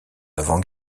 d’avant